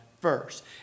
first